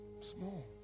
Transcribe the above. small